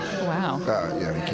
Wow